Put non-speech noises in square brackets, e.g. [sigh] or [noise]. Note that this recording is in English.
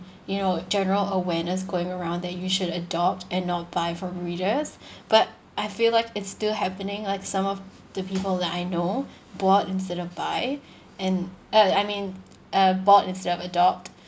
you know general awareness going around that you should adopt and not buy from breeders [breath] but I feel like it's still happening like some of the people that I know brought instead of buy and uh I mean uh bought instead of adopt